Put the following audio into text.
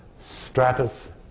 stratus